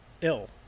ill